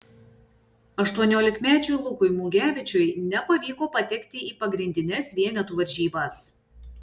aštuoniolikmečiui lukui mugevičiui nepavyko patekti pagrindines vienetų varžybas